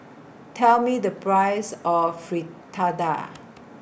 Tell Me The Price of Fritada